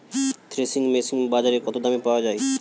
Threshing machine বাজারে কত দামে পাওয়া যায়?